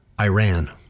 Iran